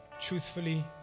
truthfully